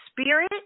spirit